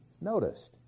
noticed